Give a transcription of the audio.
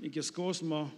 iki skausmo